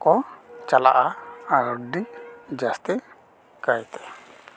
ᱠᱚ ᱪᱟᱞᱟᱜᱼᱟ ᱟᱨ ᱟᱰᱤ ᱡᱟ ᱥᱛᱤ ᱠᱟᱭᱛᱮ